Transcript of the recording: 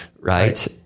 Right